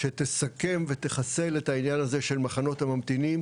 שתסכם ותחסל את העניין הזה של מחנות הממתינים,